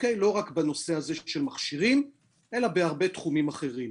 לא רק בנושא הזה של מכשירים אלא גם בתחומים אחרים.